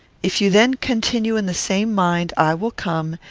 if you then continue in the same mind, i will come,